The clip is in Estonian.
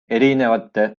erinevate